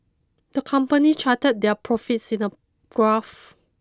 the company charted their profits in a graph